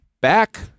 back